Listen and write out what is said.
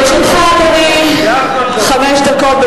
לרשותך, אדוני, חמש דקות.